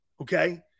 okay